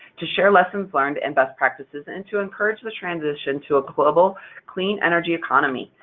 to share lessons learned and best practices, and to encourage the transition to a global clean energy economy.